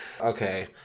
Okay